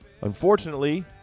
Unfortunately